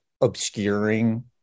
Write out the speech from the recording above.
obscuring